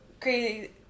crazy